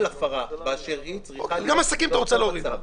כל הפרה באשר היא צריכה להיות באותו צו.